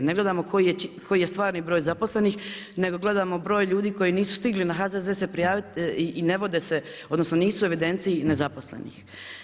Ne gledamo koji je stvarni broj zaposlenih, nego gledamo broj ljudi koji nisu stigli na HZZ se prijaviti i ne vode se, odnosno, nisu u evidenciji nezaposlenih.